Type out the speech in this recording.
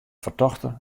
fertochte